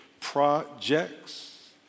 Projects